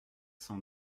cent